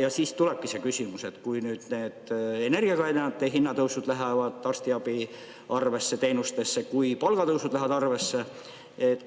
Ja siis tulebki see küsimus: kui nüüd need energiakandjate hinnatõusud lähevad arstiabi arvesse, teenustesse, kui palgatõusud lähevad arvesse,